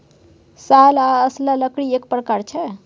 साल आ असला लकड़ीएक प्रकार छै